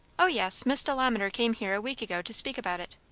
o yes miss delamater came here a week ago to speak about it.